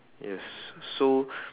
yes so